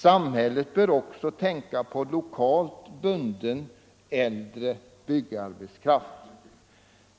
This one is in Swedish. Samhället bör också tänka på lokalt bunden, äldre byggarbetskraft.